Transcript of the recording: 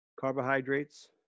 Carbohydrates